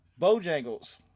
Bojangles